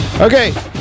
Okay